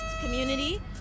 community